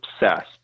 obsessed